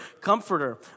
comforter